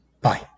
Bye